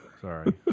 Sorry